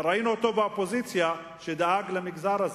ראינו שבאופוזיציה הוא דאג למגזר הזה.